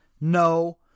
no